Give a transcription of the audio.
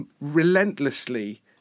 relentlessly